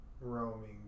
roaming